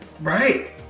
Right